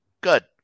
good